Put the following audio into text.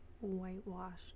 whitewashed